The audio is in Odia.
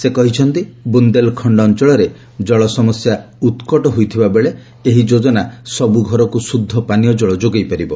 ସେ କହିଛନ୍ତି ବୁନ୍ଦେଲଖଣ୍ଡ ଅଞ୍ଚଳରେ ଜଳ ସମସ୍ୟା ଉତ୍କଟ ହୋଇଥିବା ବେଳେ ଏହି ଯୋଜନା ସବୁ ଘରକୁ ଶୁଦ୍ଧ ପାନୀୟ ଜଳ ଯୋଗାଇ ପାରିବ